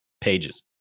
pages